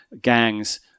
gangs